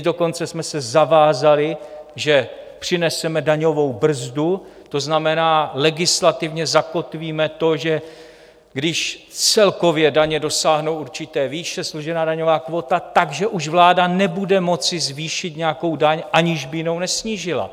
Dokonce jsme se zavázali, že přineseme daňovou brzdu, to znamená, legislativně zakotvíme to, že když celkově daně dosáhnou určité výše, složená daňová kvóta, tak že už vláda nebude moci zvýšit nějakou daň, aniž by jinou nesnížila.